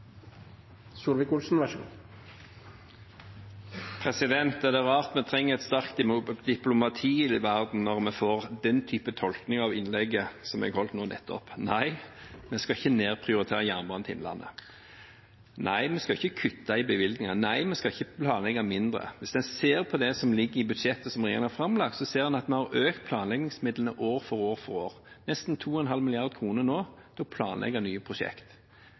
Er det rart vi trenger et sterkt diplomati i verden når vi får den type tolkning av innlegget som jeg holdt nå nettopp. Nei, vi skal ikke nedprioritere jernbanen til Innlandet. Nei, vi skal ikke kutte i bevilgningene. Nei, vi skal ikke planlegge mindre. Hvis en ser på det som ligger i budsjettet som regjeringen har framlagt, ser en at vi har økt planleggingsmidlene år for år for år – nesten 2,5 mrd. kr nå til å planlegge nye prosjekt.